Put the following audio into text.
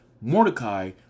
Mordecai